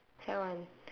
sec one